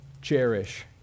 cherish